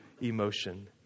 emotion